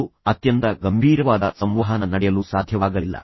ಮತ್ತು ಅತ್ಯಂತ ಗಂಭೀರವಾದ ಸಂವಹನ ನಡೆಯಲು ಸಾಧ್ಯವಾಗಲಿಲ್ಲ